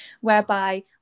whereby